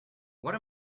what